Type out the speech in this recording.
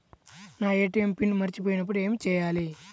నా ATM PIN మరచిపోయినప్పుడు ఏమి చేయాలి?